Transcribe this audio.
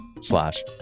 slash